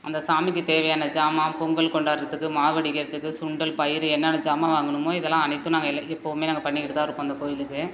அந்த சாமிக்கு தேவையான சாமான் பொங்கல் கொண்டாடுறதுக்கு மாவு இடிக்கிறதுக்கு சுண்டல் பயிறு என்னன்ன சாமான் வாங்கணுமோ இதெல்லாம் அனைத்தும் நாங்கள் எப்போவுமே நாங்கள் பண்ணிக்கிட்டு தான் இருக்கோம் அந்த கோயிலுக்கு